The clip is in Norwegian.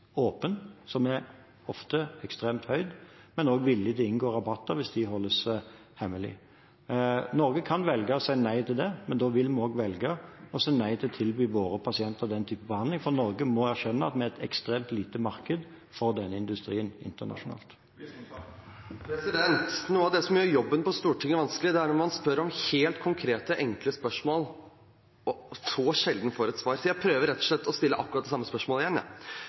åpen – som ofte er ekstremt høy, men også er villige til å inngå rabatter hvis de holdes hemmelig. Norge kan velge å si nei til det, men da vil vi også velge å si nei til å tilby våre pasienter den typen behandling. For Norge må erkjenne at vi er et ekstremt lite marked for denne industrien internasjonalt. Noe av det som gjør jobben på Stortinget vanskelig, er når man stiller helt konkrete, enkle spørsmål, og så sjelden får et svar. Så jeg prøver rett og slett å stille akkurat det samme spørsmålet igjen.